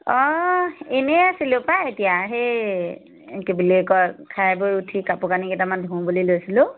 অঁ এনেই আছিলোঁ পায় এতিয়া সেই কি বুলি বুলি কয় খাই বৈ উঠি কাপোৰ কানি কেইটামান ধুও বুলি লৈছিলোঁ